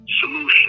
solution